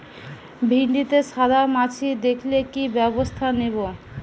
ভিন্ডিতে সাদা মাছি দেখালে কি ব্যবস্থা নেবো?